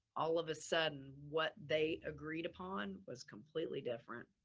all of a sudden what they agreed upon was completely different.